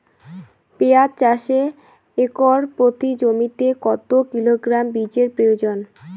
পেঁয়াজ চাষে একর প্রতি জমিতে কত কিলোগ্রাম বীজের প্রয়োজন?